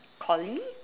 colleague